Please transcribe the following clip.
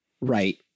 right